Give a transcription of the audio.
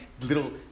little